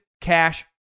Cash